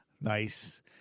Nice